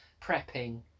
prepping